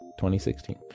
2016